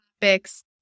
topics